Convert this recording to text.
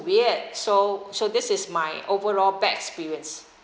weird so so this is my overall bad experience